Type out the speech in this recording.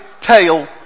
tail